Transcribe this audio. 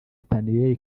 stanley